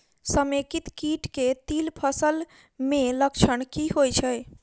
समेकित कीट केँ तिल फसल मे लक्षण की होइ छै?